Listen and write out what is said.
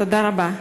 תודה רבה.